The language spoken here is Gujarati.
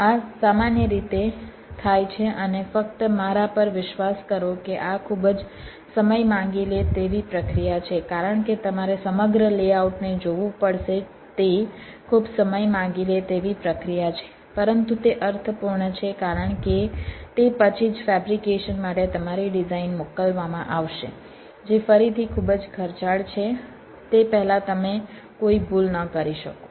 આ સામાન્ય રીતે થાય છે અને ફક્ત મારા પર વિશ્વાસ કરો કે આ ખૂબ જ સમય માંગી લે તેવી પ્રક્રિયા છે કારણ કે તમારે સમગ્ર લેઆઉટને જોવું પડશે તે ખૂબ સમય માંગી લે તેવી પ્રક્રિયા છે પરંતુ તે અર્થપૂર્ણ છે કારણ કે તે પછી જ ફેબ્રિકેશન માટે તમારી ડિઝાઇન મોકલવામાં આવશે જે ફરીથી ખૂબ જ ખર્ચાળ છે તે પહેલાં તમે કોઈ ભૂલ ન કરી શકો